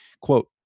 quote